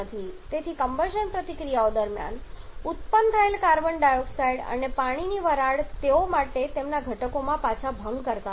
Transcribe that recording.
તેથી કમ્બશન પ્રતિક્રિયાઓ દરમિયાન ઉત્પન્ન થયેલ કાર્બન ડાયોક્સાઇડ અને પાણીની વરાળ તેઓ તેમના ઘટકોમાં પાછા ભંગ કરતા નથી